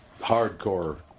hardcore